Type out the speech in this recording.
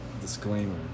disclaimer